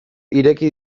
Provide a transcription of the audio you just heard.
ireki